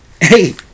Hey